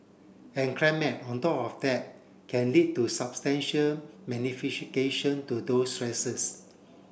and climate on top of that can lead to substantial to those stresses